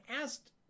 asked